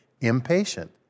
impatient